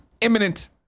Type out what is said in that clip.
imminent